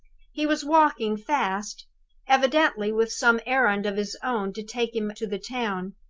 he was walking fast evidently with some errand of his own to take him to the town.